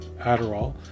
Adderall